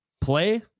play